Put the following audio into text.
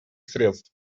средств